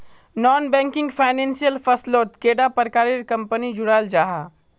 Non banking financial फसलोत कैडा प्रकारेर कंपनी जुराल जाहा?